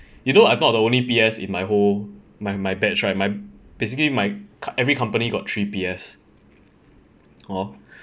you know I'm not the only P_S in my whole my my batch right my basically my every company got three P_S hor